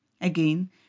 Again